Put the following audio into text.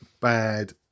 bad